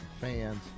fans